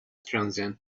transcend